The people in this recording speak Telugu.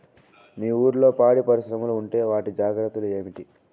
మీ ఊర్లలో పాడి పరిశ్రమలు ఉంటే వాటి జాగ్రత్తలు ఏమిటి